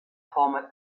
formel